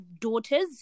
daughters